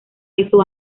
eso